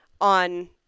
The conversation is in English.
on